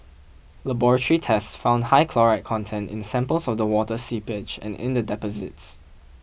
laboratory tests found high chloride content in samples of the water seepage and in the deposits